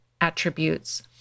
attributes